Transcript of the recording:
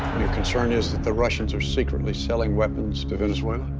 your concern is that the russians. are secretly selling weapons to venezuela?